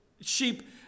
sheep